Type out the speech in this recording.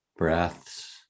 breaths